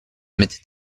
mit